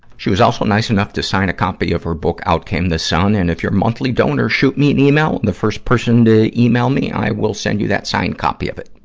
she was also nice enough to sign a copy of her book, out came the sun. and if you're a monthly donor, shoot me an email. the first person to email me, i will send you that signed copy of it.